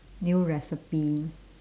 new recipe